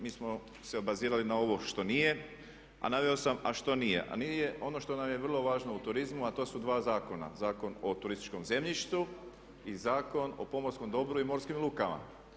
Mi smo se obazirali na ovo što nije, a naveo sam a što nije, a nije ono što nam je vrlo važno u turizmu, a to su dva zakona – Zakon o turističkom zemljištu i Zakon o pomorskom dobru i morskim lukama.